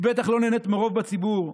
היא בטח לא נהנית מרוב בציבור.